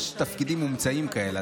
יש תפקידים מומצאים כאלה,